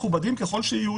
מכובדים ככל שיהיו,